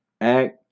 Act